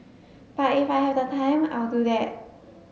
but if I have the time I'll do that